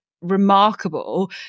remarkable